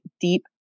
deep